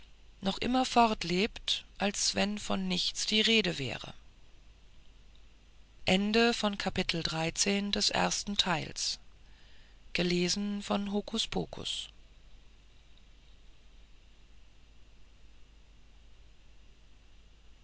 noch immer so fortlebt als wenn von nichts die rede wäre